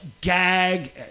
gag